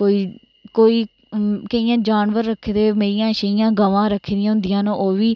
कोई केइयें जानवर रक्खे दे मेहियां शेहियां गमां रक्खी दियां होंदियां न ओह् बी